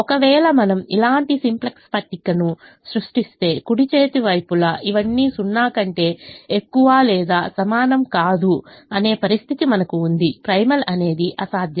ఒకవేళ మనం ఇలాంటి సింప్లెక్స్ పట్టికను సృష్టిస్తే కుడి చేతి వైపులా ఇవన్నీ 0 కంటే ఎక్కువ లేదా సమానం కాదు అనే పరిస్థితి మనకు ఉంది ప్రైమల్ అనేది అసాధ్యం